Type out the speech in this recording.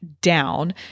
down